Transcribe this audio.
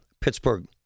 Pittsburgh